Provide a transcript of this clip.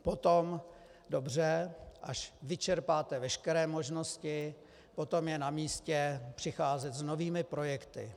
Potom, dobře, až vyčerpáte veškeré možnosti, potom je namístě přicházet s novými projekty.